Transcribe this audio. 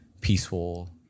peaceful